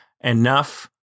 enough